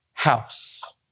house